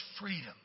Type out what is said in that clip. freedom